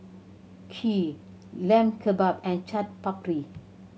Kheer Lamb Kebab and Chaat Papri